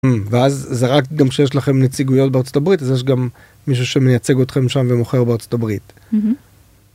ואז זה רק גם כשיש לכם נציגויות בארצות הברית אז יש גם מישהו שמייצג אתכם שם ומוכר בארצות הברית.